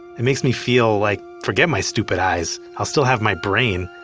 it makes me feel like, forget my stupid eyes, i'll still have my brain.